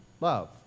love